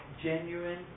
genuine